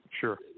Sure